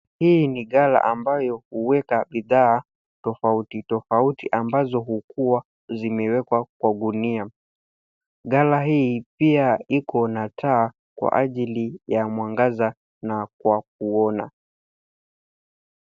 Hii ni ghala ambayo huweka bidhaa tofauti tofauti ambazo ukuwa zimewekwa kwa gunia. Ghala hii pia iko na taa kwa ajili ya mwangaza na kwa kuona.